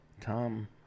Tom